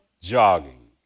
jogging